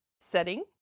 setting